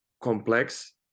complex